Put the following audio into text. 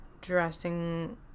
dressing